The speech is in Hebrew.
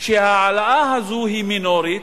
שההעלאה הזאת היא מינורית,